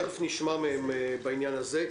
תיכף נשמע מהם בעניין הזה.